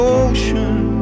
ocean